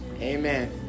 Amen